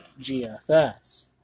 GFS